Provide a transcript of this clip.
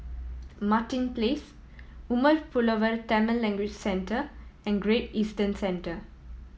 Martin Place Umar Pulavar Tamil Language Centre and Great Eastern Centre